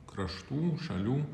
kraštų šalių